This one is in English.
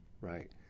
right